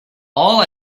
all